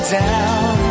down